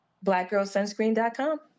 blackgirlsunscreen.com